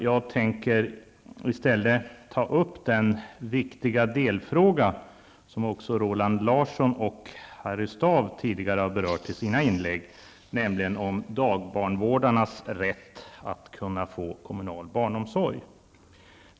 Jag tänker i stället ta upp den viktiga delfråga som också Roland Larsson och Harry Staaf tidigare har berört i sina inlägg, nämligen dagbarnvårdarnas rätt att kunna få kommunal barnomsorg.